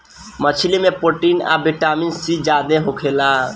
मछली में प्रोटीन आ विटामिन सी ज्यादे होखेला